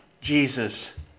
Jesus